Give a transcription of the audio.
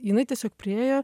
jinai tiesiog priėjo